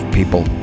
people